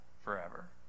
forever